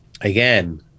Again